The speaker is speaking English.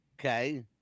Okay